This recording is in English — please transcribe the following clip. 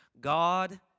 god